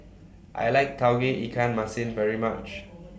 I like Tauge Ikan Masin very much